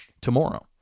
tomorrow